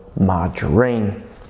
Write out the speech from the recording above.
margarine